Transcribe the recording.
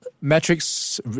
metrics